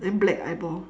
then black eyeball